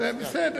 זה בסדר.